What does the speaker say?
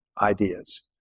ideas